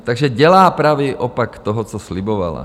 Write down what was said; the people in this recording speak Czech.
Takže dělá pravý opak toho, co slibovala.